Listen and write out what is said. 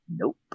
Nope